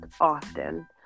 often